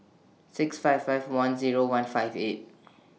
six five five one Zero one five eight